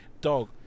Dog